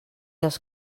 els